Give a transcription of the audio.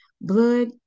blood